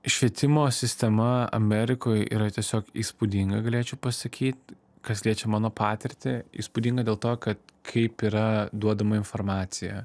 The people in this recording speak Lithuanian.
švietimo sistema amerikoj yra tiesiog įspūdinga galėčiau pasakyt kas liečia mano patirtį įspūdinga dėl to kad kaip yra duodama informacija